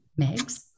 Megs